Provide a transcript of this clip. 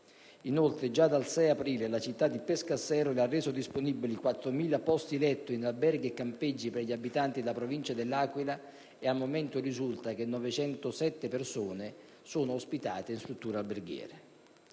Inoltre, già dal 6 aprile la città di Pescasseroli ha reso disponibili 4.000 posti letto in alberghi e campeggi per gli abitanti della Provincia dell'Aquila ed al momento risulta che 907 persone sono ospitate in strutture alberghiere.